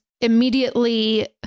immediately